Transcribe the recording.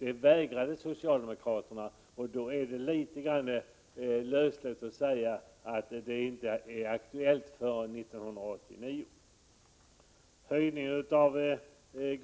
Detta vägrade socialdemokraterna att gå med på. Det är därför litet lössläppt att säga att det inte blir aktuellt förrän år 1989. Torsten Karlsson framhöll höjningen av